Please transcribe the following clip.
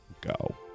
go